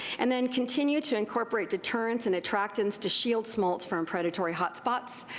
and then continue to incorporate deterrents and attractants to shield smolts from predatory hot spots.